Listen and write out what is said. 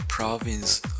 province